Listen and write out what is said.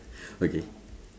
okay